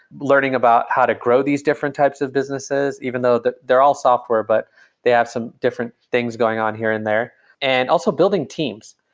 learning about how to grow these different types of businesses even though though they're all software, but they have some different things going on here and there. and also building teams,